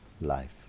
life